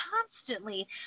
constantly